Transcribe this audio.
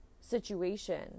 situation